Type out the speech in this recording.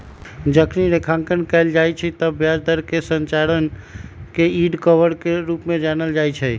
जखनी रेखांकन कएल जाइ छइ तऽ ब्याज दर कें संरचना के यील्ड कर्व के रूप में जानल जाइ छइ